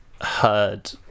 heard